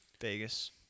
Vegas